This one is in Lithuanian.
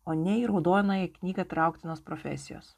o ne į raudonąją knygą įtrauktinos profesijos